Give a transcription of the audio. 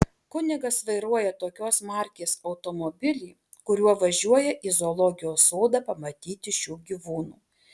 kunigas vairuoja tokios markės automobilį kuriuo važiuoja į zoologijos sodą pamatyti šių gyvūnų